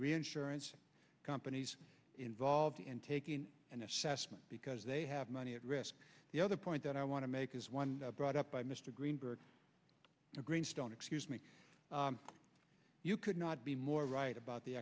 reinsurance companies involved in taking an assessment because they have money at risk the other point that i want to make is one brought up by mr greenberg greenstone excuse me you could not be more right about the